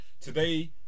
today